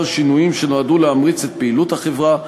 שינויים שנועדו להמריץ את פעילות החברה,